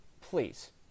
please